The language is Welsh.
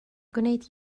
gwneud